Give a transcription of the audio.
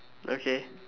okay